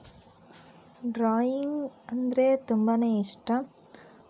drawing ಅಂದರೆ ತುಂಬಾನೆ ಇಷ್ಟ